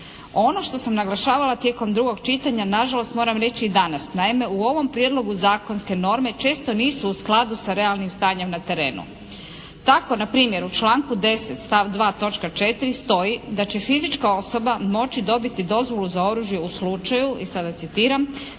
ono što sam naglašavala tijekom drugog čitanja na žalost moram reći i danas. Naime, u ovom prijedlogu zakonske norme često nisu u skladu sa realnim stanjem na terenu. Tako npr. u članku 10. stav 2. točka 4. stoji da će fizička osoba moći dobiti dozvolu za oružje u slučaju, i sada citiram: